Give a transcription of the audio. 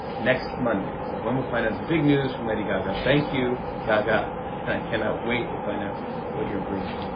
next monday is when we'll find out the big news from lady gaga. thank you, gaga, and i cannot wait to find out what you're brewing.